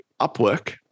Upwork